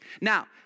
Now